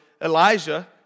Elijah